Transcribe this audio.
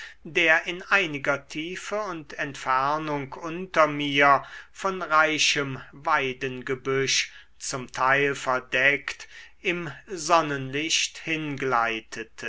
der in einiger tiefe und entfernung unter mir von reichem weidengebüsch zum teil verdeckt im sonnenlicht